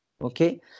Okay